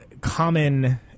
common